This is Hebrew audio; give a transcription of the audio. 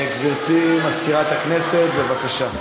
גברתי מזכירת הכנסת, בבקשה.